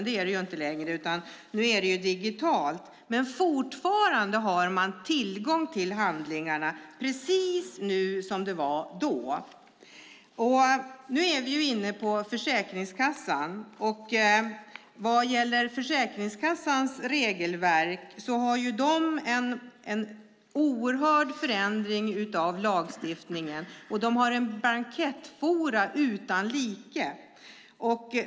Det är det inte längre, utan nu är det digitalt. Men fortfarande har man tillgång till handlingarna nu precis som det var då. Nu är vi inne på Försäkringskassan. Vad gäller Försäkringskassans regelverk har det fått hantera en oerhörd förändring av lagstiftningen. Den har en blankettflora utan dess like.